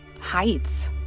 heights